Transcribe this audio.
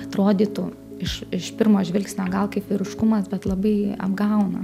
atrodytų iš iš pirmo žvilgsnio gal kaip vyriškumas bet labai apgauna